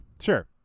Sure